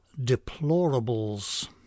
deplorables